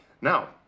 Now